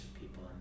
people